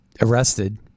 arrested